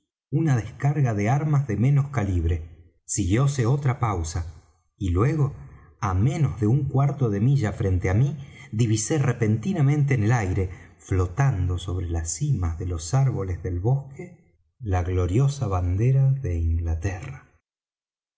calibre siguióse otra pausa y luego á menos de un cuarto de milla frente á mí divisé repentinamente en el aire flotando sobre las cimas de los árboles del bosque la gloriosa bandera de inglaterra